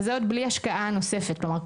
וזה עוד בלי השקעה נוספת כלומר,